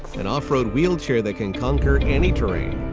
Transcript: an off-road wheelchair that can conquer any terrain.